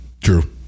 True